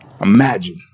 Imagine